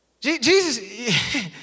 Jesus